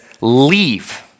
leave